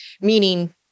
meaning